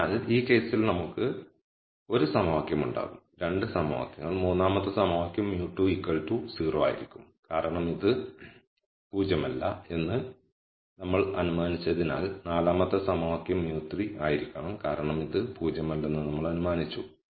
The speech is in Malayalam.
അതിനാൽ ഈ കേസിൽ നമുക്ക് 1 സമവാക്യം ഉണ്ടാകും 2 സമവാക്യങ്ങൾ മൂന്നാമത്തെ സമവാക്യം μ20 ആയിരിക്കും കാരണം ഇത് 0 അല്ല എന്ന് നമ്മൾ അനുമാനിച്ചതിനാൽ നാലാമത്തെ സമവാക്യം μ3 ആയിരിക്കണം കാരണം ഇത് 0 അല്ലെന്ന് നമ്മൾ അനുമാനിച്ചു